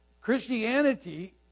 Christianity